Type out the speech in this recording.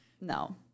No